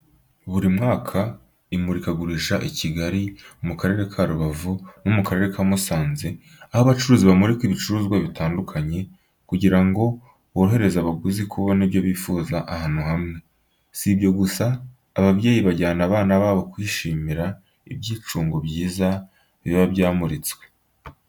Buri mwaka haba imurikagurisha i Kigali, mu Karere ka Rubavu no mu Karere ka Musanze, aho abacuruzi bamurika ibicuruzwa bitandukanye, kugira ngo borohereze abaguzi kubona ibyo bifuza ahantu hamwe. Si ibyo gusa, ababyeyi banajyana abana babo kwishimira ibyicungo byiza biba byamuritswe.